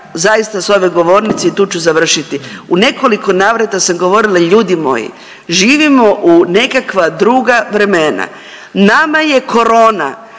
zaista s ove govornice i tu ću završiti. U nekoliko navrata sam govorila ljudi moji živimo u nekakva druga vremena. Nama je korona